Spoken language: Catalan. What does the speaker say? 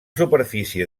superfície